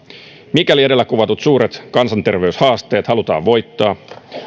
mikäli edellä kuvatut suuret kansanterveyshaasteet halutaan voittaa